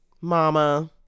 Mama